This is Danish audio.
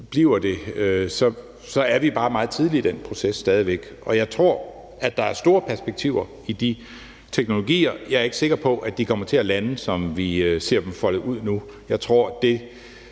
bliver det, så er vi bare meget tidligt i den proces stadig væk, og jeg tror, at der er store perspektiver i de teknologier, men jeg er ikke sikker på, at de kommer til at lande, som vi ser dem foldet ud nu. Jeg tror, at det,